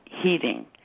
heating